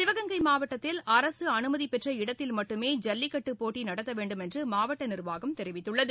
சிவகங்கை மாவட்டத்தில் அரச அனுமதி பெற்ற இடத்தில் மட்டுமே ஜல்லிக்கட்டு போட்டி நடத்த வேண்டும் என்று மாவட்ட நிர்வாகம் தெரிவித்துள்ளது